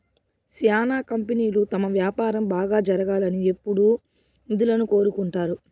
శ్యానా కంపెనీలు తమ వ్యాపారం బాగా జరగాలని ఎప్పుడూ నిధులను కోరుకుంటారు